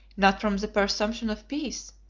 not from the presumption of peace,